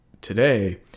today